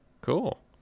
cool